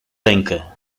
rękę